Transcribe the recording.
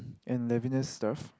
and Levina's stuff